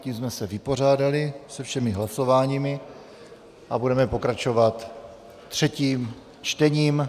Tím jsme se vypořádali se všemi hlasováními a budeme pokračovat třetím čtením.